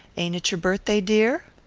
ain't it your birthday, dear?